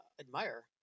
admire